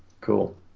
Cool